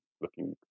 looking